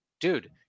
dude